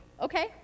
Okay